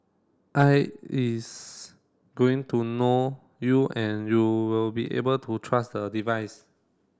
is going to know you and you will be able to trust the device